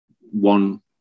one